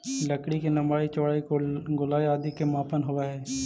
लकड़ी के लम्बाई, चौड़ाई, गोलाई आदि के मापन होवऽ हइ